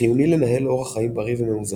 חיוני לנהל אורח חיים בריא ומאוזן,